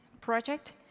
project